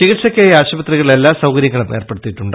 ചികിൽസയ്ക്കായി ആശുപത്രികളിൽ എല്ലാ സൌകര്യങ്ങളും ഏർപ്പെടുത്തിയിട്ടുണ്ട്